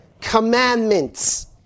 commandments